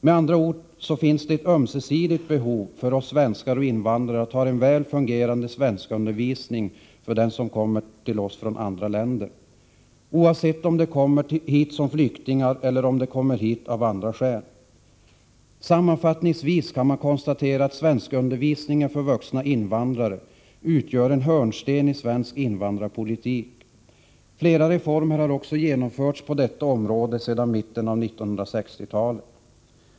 Med andra ord finns det ett ömsesidigt behov för oss svenskar och invandrarna att ha en väl fungerande svenskundervisning för dem som kommer till oss från andra länder, oavsett om de kommer hit som flyktingar eller om de av andra skäl flyttar hit. Sammanfattningsvis kan man konstatera att svenskundervisningen för vuxna invandrare utgör en hörnsten i svensk invandrarpolitik. Flera reformer har också genomförts på detta område sedan mitten av 1960-talet.